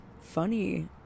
funny